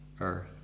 earth